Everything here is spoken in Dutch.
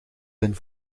zijn